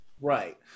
Right